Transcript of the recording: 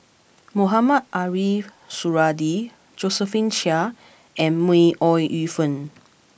Mohamed Ariff Suradi Josephine Chia and May Ooi Yu Fen